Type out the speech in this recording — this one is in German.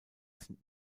sind